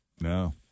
no